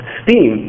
steam